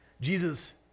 Jesus